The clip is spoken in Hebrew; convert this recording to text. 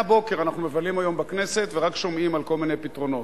מהבוקר אנחנו מבלים היום בכנסת ורק שומעים על כל מיני פתרונות,